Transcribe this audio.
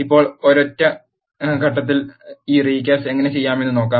ഇപ്പോൾ ഒരൊറ്റ ഘട്ടത്തിൽ ഈ റീകാസ്റ്റ് എങ്ങനെ ചെയ്യാമെന്ന് നോക്കാം